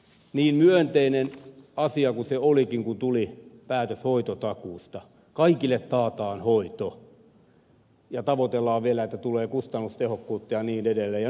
niin myönteinen asia kuin se olikin kun tuli päätös hoitotakuusta kaikille taataan hoito ja tavoitellaan vielä että tulee kustannustehokkuutta ja niin edelleen